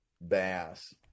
bass